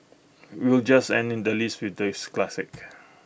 we'll just ending the list with this classic